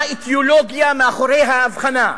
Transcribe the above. מה האידיאולוגיה מאחורי ההבחנה?